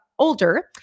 older